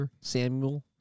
Samuel